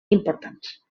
importants